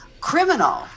criminal